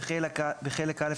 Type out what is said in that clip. - בחלק א',